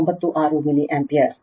96 milli ampere